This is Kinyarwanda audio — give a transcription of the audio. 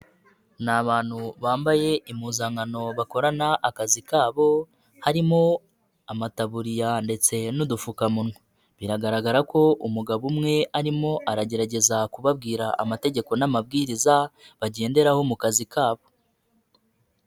Ni abantu bambaye impuzankano bakorana akazi kabo harimo amataburiya ndetse n'udupfukamunwa, biragaragara ko umugabo umwe arimo aragerageza kubabwira amategeko n'amabwiriza bagenderaho mu kazi kabo.